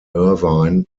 irvine